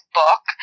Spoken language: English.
book